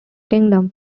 kingdom